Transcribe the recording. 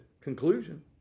conclusion